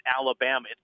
Alabama